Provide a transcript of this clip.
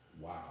wow